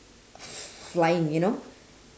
flying you know